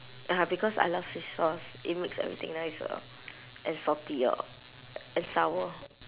ya because I love fish sauce it makes everything nicer and saltier and sour